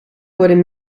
worden